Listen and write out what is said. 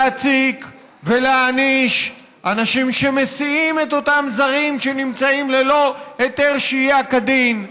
להציק ולהעניש אנשים שמסיעים את אותם זרים שנמצאים ללא היתר שהייה כדין,